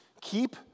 Keep